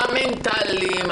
המנטליים,